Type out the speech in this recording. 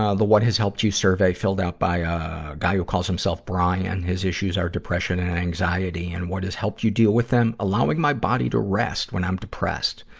ah the what has helped you survey filled out by a guy who calls himself brian. his issues are depression and anxiety. and what has helped you deal with them? allowing my body to rest when i'm depressed.